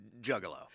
juggalo